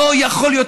לא יכול להיות,